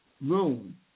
room